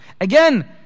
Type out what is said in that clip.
Again